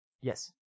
Yes